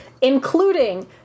including